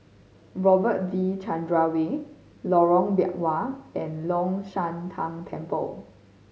Robert V Chandran Way Lorong Biawak and Long Shan Tang Temple